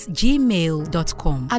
gmail.com